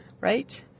Right